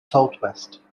southwest